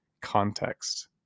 context